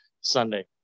Sunday